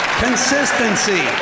Consistency